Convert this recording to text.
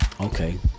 Okay